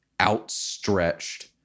outstretched